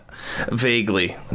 Vaguely